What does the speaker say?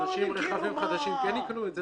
אנשים עם רכבים חדשים כן יקנו את זה,